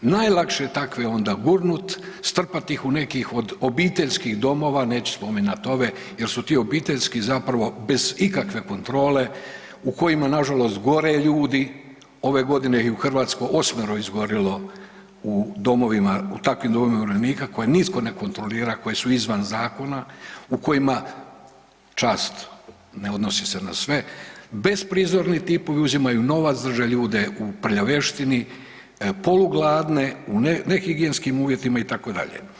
Najlakše je onda takve gurnut, strpat ih u neki od obiteljskih domova, neću spominjati ove jer su ti obiteljski zapravo bez ikakve kontrole u kojima nažalost gore ljudi, ove godine u Hrvatskoj ih je osmero izgorilo u takvim domovima umirovljenika koje nitko ne kontrolira, koji su izvan zakona u kojima, čast ne odnosi se na sve, besprizorni tipovi uzimaju novac, drže ljude u prljavštini, polugladne u nehigijenskim uvjetima itd.